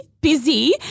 busy